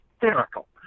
hysterical